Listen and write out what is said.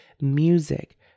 music